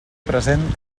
present